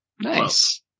Nice